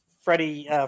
Freddie